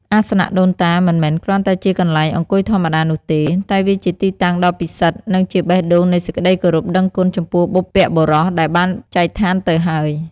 អាសនៈដូនតា មិនមែនគ្រាន់តែជាកន្លែងអង្គុយធម្មតានោះទេ តែវាជាទីតាំងដ៏ពិសិដ្ឋ និងជាបេះដូងនៃសេចក្តីគោរពដឹងគុណចំពោះបុព្វបុរសដែលបានចែកឋានទៅហើយ។